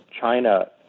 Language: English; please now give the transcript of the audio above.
China